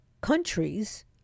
countries